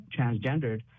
transgendered